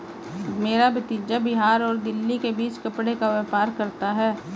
मेरा भतीजा बिहार और दिल्ली के बीच कपड़े का व्यापार करता है